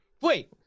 Wait